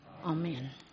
Amen